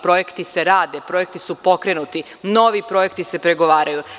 Projekti se rade, projekti su pokrenuti, novi projekti se pregovaraju.